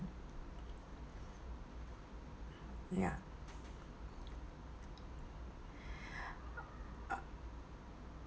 ya